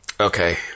okay